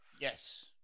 Yes